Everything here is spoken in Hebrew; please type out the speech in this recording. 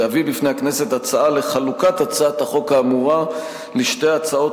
להביא בפני הכנסת הצעה לחלוקת הצעת החוק האמורה לשתי הצעות